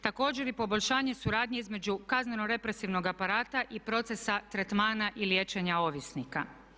Također i poboljšanje suradnje između kazneno-represivnog aparata i procesa tretmana i liječenja ovisnika.